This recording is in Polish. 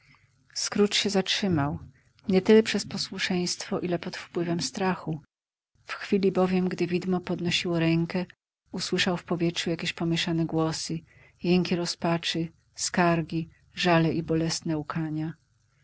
scrooge się zatrzymał nietyle przez posłuszeństwo ile popod wpływem strachu w chwili bowiem gdy widmo podnosiło rękę usłyszał w powietrzu jakieś pomieszane głosy jęki rozpaczy skargi żale i bolesne łkania